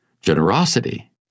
generosity